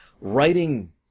writing